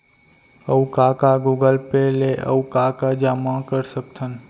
अऊ का का गूगल पे ले अऊ का का जामा कर सकथन?